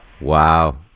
Wow